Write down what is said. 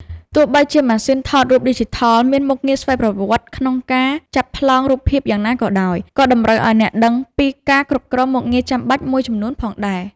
ទោះបីជាម៉ាស៊ីនថតរូបឌីជីថលមានមុខងារស្វ័យប្រវត្តិក្នុងការចាប់ប្លង់រូបភាពយ៉ាងណាក៏ដោយ ក៏តម្រូវឱ្យអ្នកដឹងពីការគ្រប់គ្រងមុខងារចាំបាច់មួយចំនួនផងដែរ។